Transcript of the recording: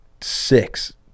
six